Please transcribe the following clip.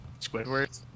Squidward